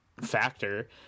factor